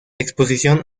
exposición